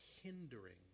hindering